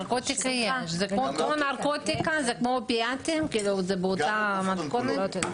זה כמו נרקוטיקה, זה כמו --- זה באותה מתכונת.